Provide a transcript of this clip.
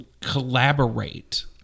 collaborate